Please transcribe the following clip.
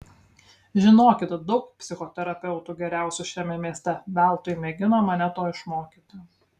žinokit daug psichoterapeutų geriausių šiame mieste veltui mėgino mane to išmokyti